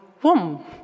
boom